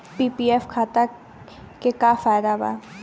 PPF खाता के का फायदा बा?